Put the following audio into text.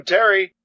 Terry